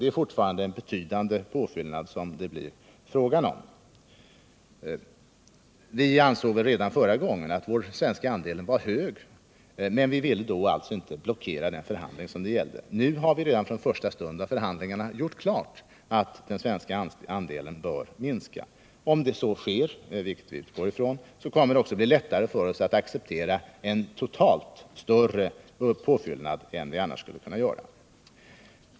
Det är fortfarande en betydande påfyllnad som det blir fråga om. Vi ansåg redan förra gången att den svenska andelen var stor, men vi ville alltså inte då blockera den förhandling som pågick. Nu har vi redan från första stund i förhandlingarna gjort klart att den svenska andelen bör minska. Om så sker, vilket vi utgår från, kommer det att bli lättare för oss att acceptera en totalt större påfyllnad än vad vi annars skulle kunna göra.